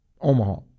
Omaha